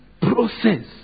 process